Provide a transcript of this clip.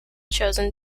chosen